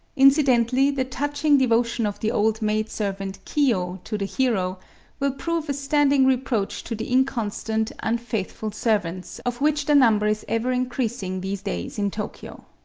incidently the touching devotion of the old maid servant kiyo to the hero will prove a standing reproach to the inconstant, unfaithful servants of which the number is ever increasing these days in tokyo.